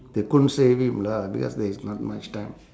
they couldn't save him lah because there is not much time